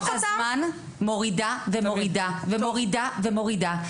את כל הזמן, מורידה ומורידה, ומורידה, ומורידה.